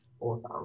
awesome